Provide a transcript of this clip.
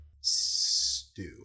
stew